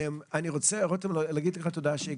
תודה שהגעת.